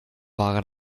ware